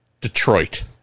Detroit